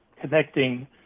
Connecting